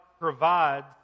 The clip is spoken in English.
provides